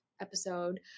episode